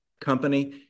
company